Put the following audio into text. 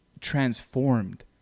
transformed